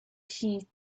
heat